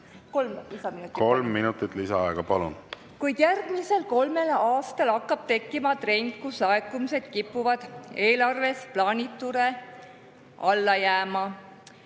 Kolm minutit lisaaega, palun! Kuid järgmisel kolmel aastal hakkab tekkima trend, kus laekumised kipuvad eelarves plaanitule alla jääma.